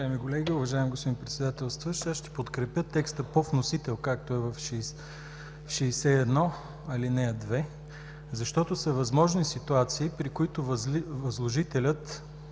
Уважаеми колеги, уважаеми господин Председателстващ! Аз ще подкрепя текста по вносител, както е в чл. 61, ал. 2, защото са възможни ситуации, при които възложителят